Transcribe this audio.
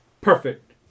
Perfect